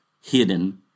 hidden